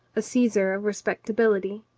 a caesar of respectability.